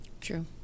True